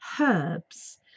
herbs